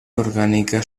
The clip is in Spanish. orgánica